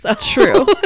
True